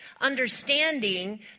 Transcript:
understanding